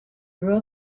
grew